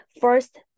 First